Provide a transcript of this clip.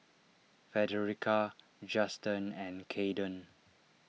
Frederica Juston and Kaeden